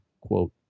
quote